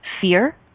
fear